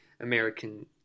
American